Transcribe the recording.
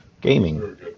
gaming